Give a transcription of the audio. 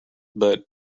but